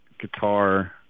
guitar